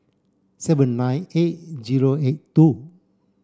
seven nine eight zero eight two